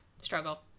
struggle